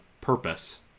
purpose